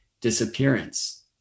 disappearance